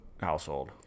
household